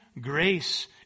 Grace